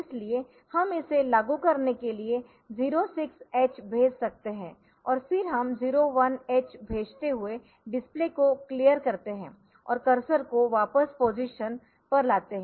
इसलिए हम इसे लागू करने के लिए 0 6 h भेज सकते है और फिर हम 01h भेजते हुए डिस्प्ले को क्लियर करते है और कर्सर को वापस पोजीशन पर लाते है